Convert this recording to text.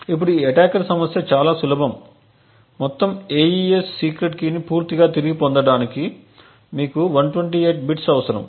ఇప్పుడు ఈ అటాకర్ సమస్య చాలా సులభం మొత్తం AES సీక్రెట్ కీని పూర్తిగా తిరిగి పొందడానికి మీకు 128 బిట్స్ అవసరం